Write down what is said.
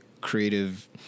creative